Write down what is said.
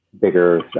bigger